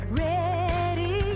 ready